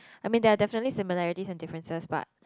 I mean there are definitely similarities and differences but